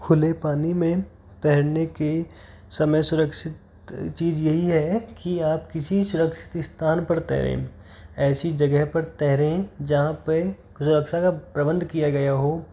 खुले पानी मे तैरने के समय सुरक्षित चीज यही है कि आप किसी सुरक्षित स्थान पर तैरे ऐसी जगह पर तैरे जहाँ पर सुरक्षा का प्रबंध किया गया हो